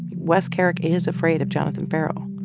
wes kerrick is afraid of jonathan ferrell.